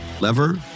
Lever